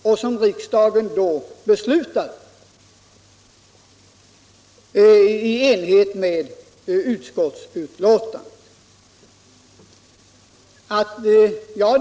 Riksdagen beslutade då att motionerna inte skulle föranleda någon riksdagens åtgärd, i enlighet med utskottets förslag.